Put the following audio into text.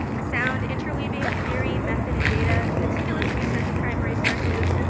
a sound interweaving of theory, method, and data, meticulous research of primary sources,